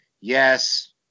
yes